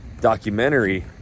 documentary